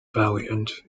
valiant